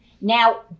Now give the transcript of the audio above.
Now